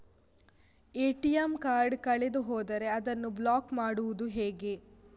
ATM card ಕಳೆದು ಹೋದರೆ ಅದನ್ನು ಬ್ಲಾಕ್ ಮಾಡುವುದು ಹೇಗೆ?